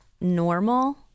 normal—